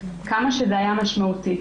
חד-משמעית מפסיקים.